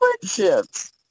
friendships